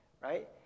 right